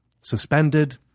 suspended